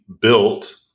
built